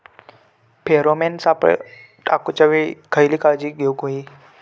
Pheromone सापळे टाकूच्या वेळी खयली काळजी घेवूक व्हयी?